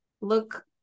look